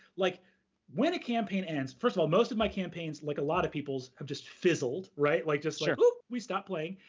like when a campaign ends, first of all, most of my campaigns, like a lot of peoples, have just fizzled, right? like sure. oop, we stopped playing.